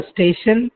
Station